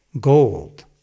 gold